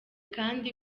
kandi